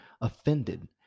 offended